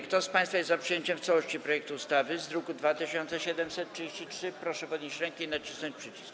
Kto z państwa jest za przyjęciem w całości projektu ustawy w brzmieniu z druku nr 2733, proszę podnieść rękę i nacisnąć przycisk.